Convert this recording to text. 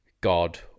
God